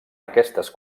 aquestes